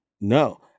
no